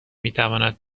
میتواند